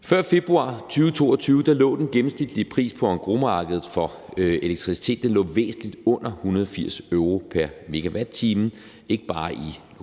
Før februar 2022 lå den gennemsnitlige pris på engrosmarkedet for elektricitet væsentligt under 180 euro pr. megawatt-time, ikke bare i lokalt